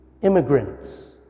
immigrants